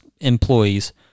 employees